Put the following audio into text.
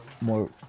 more